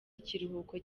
ikiruhuko